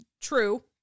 true